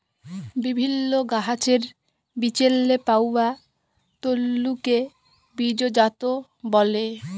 বিভিল্ল্য গাহাচের বিচেল্লে পাউয়া তল্তুকে বীজজাত ব্যলে